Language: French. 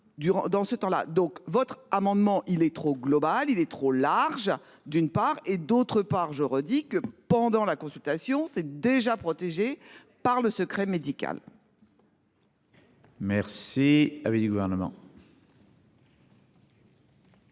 donc votre amendement, il est trop globales. Il est trop large, d'une part et d'autre part je redis que pendant la consultation c'est déjà protégés par le secret médical. Merci